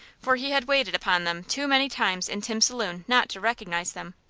for he had waited upon them too many times in tim's saloon not to recognize them.